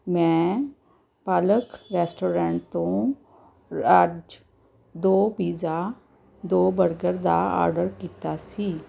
ਮੈਂ ਪਲਕ ਰੈਸਟੋਰੈਂਟ ਤੋਂ ਅੱਜ ਦੋ ਪੀਜ਼ਾ ਦੋ ਬਰਗਰ ਦਾ ਆਰਡਰ ਕੀਤਾ ਸੀ